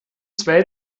zwei